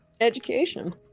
education